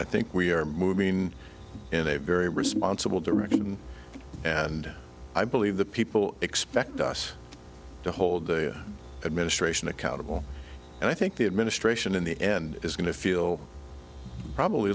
i think we're moving in a very responsible direction and i believe the people expect us to hold the administration accountable and i think the administration in the end is going to feel probably